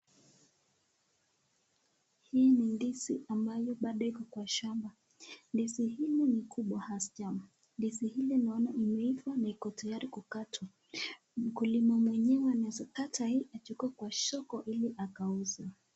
Hii ni ndizi ambao pado iko kwa shamba ndizi ni kubwa hazija ndizi naona imeifaa na iko tayari kuifaa mkulima mwenyewe anasikataa hili ajukue Kwa soko hili akauze.